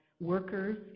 workers